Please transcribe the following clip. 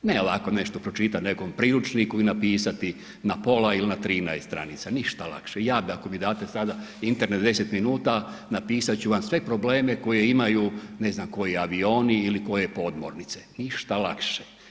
Ne ovako nešto pročitati u nekom priručniku i napisati na pola ili na 13 stranica, ništa lakše, ja da ako mi date sada internet 10 minuta, napisat ću vam sve probleme koje imaju ne znam koji avioni i koje podmornice, ništa lakše.